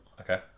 Okay